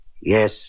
Yes